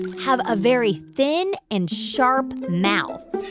have a very thin and sharp mouth,